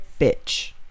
bitch